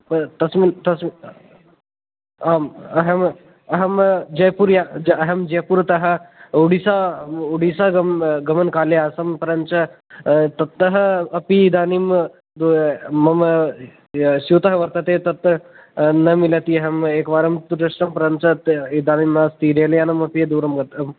तस्मिन् आम् अहं अहं जैपुरीया अहं जैपुर्तः ओडिस्सा ओडिस्सागमन् गमनकाले आसम् परं च तत्तः अपि इदानीं मम स्यूतः वर्तते तत् न मिलति अहम् एकवारं तु दर्शं परं च इदानीं नास्ति रेल्यानम् अपि दूरं वर्